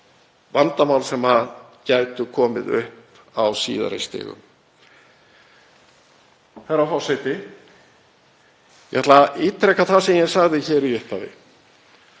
vandamál sem gætu komið upp á síðari stigum. Herra forseti. Ég ætla að ítreka það sem ég sagði í upphafi.